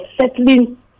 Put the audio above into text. settling